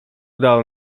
udało